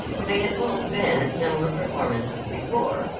they had both been at similar performances before,